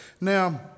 Now